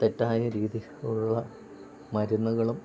തെറ്റായ രീതി ഇലുള്ള മരുന്നുകളും